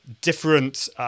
different